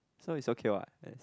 so is okay what